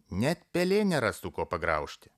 net pelė nerastų ko pagraužti